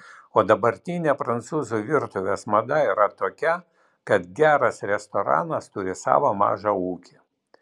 o dabartinė prancūzų virtuvės mada yra tokia kad geras restoranas turi savo mažą ūkį